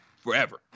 forever